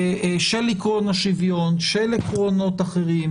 של עקרון השוויון, של עקרונות אחרים.